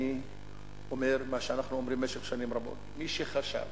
אני אומר את מה שאנחנו אומרים במשך שנים רבות: מי שחשב